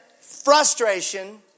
frustration